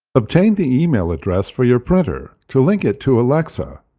obtain the email address for your printer to link it to alexa.